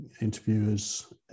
interviewers